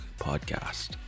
Podcast